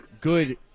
good